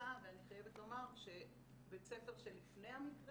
החמצה ואני חייבת לומר שבית ספר של לפני המקרה